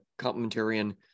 complementarian